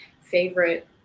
favorite